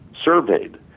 Surveyed